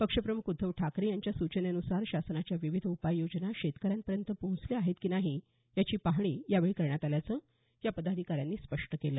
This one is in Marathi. पक्षप्रम्ख उद्धव ठाकरे यांच्या सूचनेन्सार शासनाच्या विविध उपाययोजना शेतकऱ्यांपर्यंत पोहोचल्या आहेत की नाही याची पाहणी यावेळी करण्यात आल्याचं या पदाधिकाऱ्यांनी स्पष्ट केलं